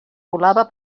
volava